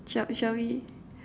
shall shall we